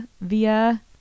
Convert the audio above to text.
via